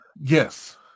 Yes